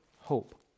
hope